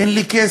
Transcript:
אין לי כסף.